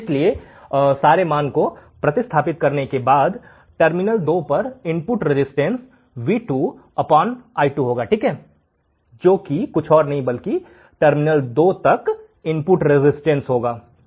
इसलिए मान को प्रतिस्थापित करने के बाद टर्मिनल दो पर इनपुट रजिस्टेंस V2 i2 होगा ठीक है जो कि कुछ और नहीं बल्कि टर्मिनल 2 तक इनपुट रजिस्टेंस होगा